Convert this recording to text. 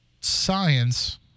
science